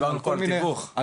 ועוד לא דיברנו פה על תיווך,